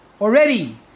already